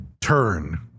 turn